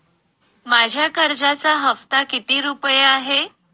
माझ्या कर्जाचा हफ्ता किती रुपये आहे?